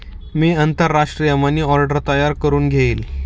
मी आंतरराष्ट्रीय money order तयार करुन घेईन